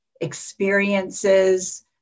experiences